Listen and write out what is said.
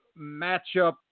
matchup